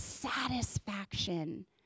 satisfaction